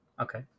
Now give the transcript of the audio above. Okay